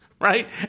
right